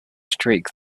streak